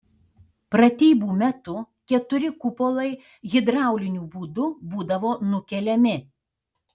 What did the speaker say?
pratybų metu keturi kupolai hidrauliniu būdu būdavo nukeliami